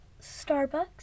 starbucks